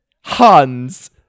Hans